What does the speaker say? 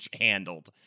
handled